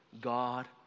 God